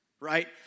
Right